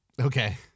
Okay